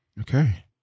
Okay